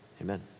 amen